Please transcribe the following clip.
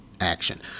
action